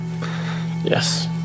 Yes